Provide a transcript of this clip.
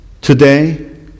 today